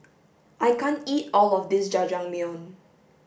I can't eat all of this jajangmyeon